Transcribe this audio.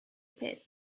pit